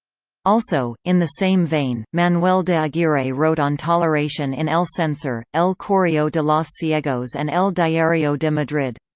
also, in the same vein, manuel de aguirre wrote on toleration in el censor, el correo de los ciegos and el diario de madrid.